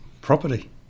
property